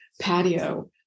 patio